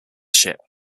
ship